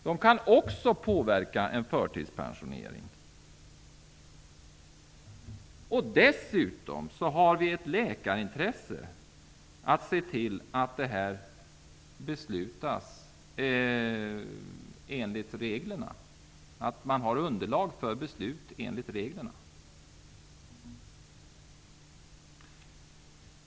De kan också påverka en förtidspensionering. Dessutom har vi ett läkarintresse att se till att man har underlag för beslut enligt reglerna.